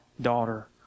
daughter